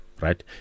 right